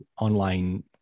online